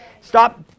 stop